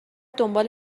دنبال